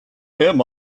him